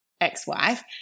ex-wife